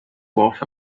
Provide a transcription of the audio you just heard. worth